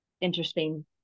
interesting